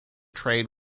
trade